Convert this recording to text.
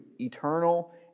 eternal